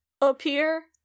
appear